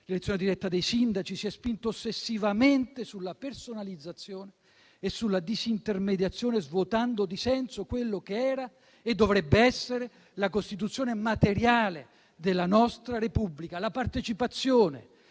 l'elezione diretta dei sindaci; si è spinto ossessivamente sulla personalizzazione e sulla disintermediazione, svuotando di senso quella che era - e dovrebbe essere - la Costituzione materiale della nostra Repubblica: la partecipazione,